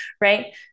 right